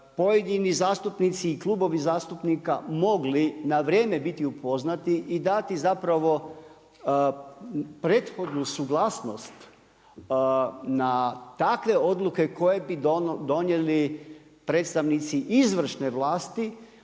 pojedini zastupnici i Klubovi zastupnika mogli na vrijeme biti upoznati i dati zapravo prethodnu suglasnost na takve odluke koje bi donijeli predstavnici izvršne vlasti,